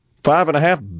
Five-and-a-half